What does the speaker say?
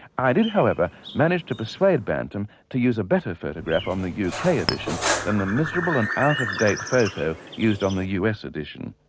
i did, however, manage to persuade bantam to use a better photograph on the yeah uk ah edition than the miserable and out-of-date photo used on the us edition.